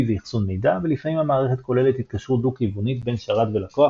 ואחסון מידע ולפעמים המערכת כוללת התקשרות דו כיוונית בין שרת ולקוח